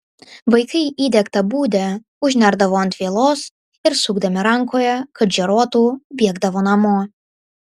vaikai įdegtą budę užnerdavo ant vielos ir sukdami rankoje kad žėruotų bėgdavo namo